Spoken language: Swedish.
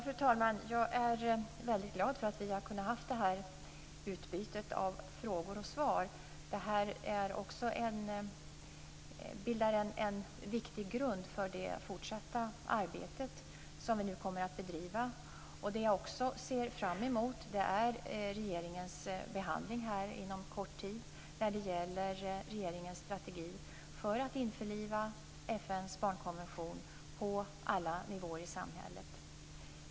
Fru talman! Jag är väldigt glad över att vi har kunnat ha det här utbytet av frågor och svar. Det bildar en viktig grund för det fortsatta arbetet som vi nu kommer att bedriva. Jag ser också fram emot regeringens behandling inom kort tid när det gäller regeringens strategi för att införliva FN:s barnkonvention på alla nivåer i samhället.